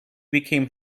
became